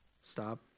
Stop